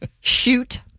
Shoot